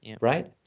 Right